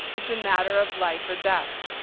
it's a matter of life or death.